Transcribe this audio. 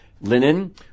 Linen